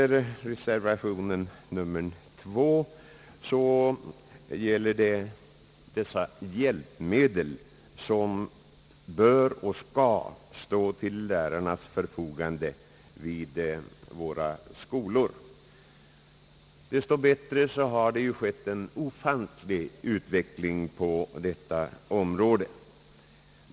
Reservationen nr 2 gäller de hjälpmedel som bör och skall stå till lärarnas förfogande i våra skolor. Dess bättre har det skett en ofantlig utveckling på detta område.